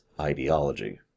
ideology